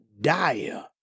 dire